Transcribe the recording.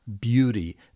beauty